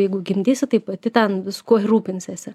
jeigu gimdysi tai pati ten viskuo ir rūpinsiesi